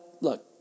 look